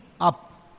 up